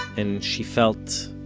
and she felt,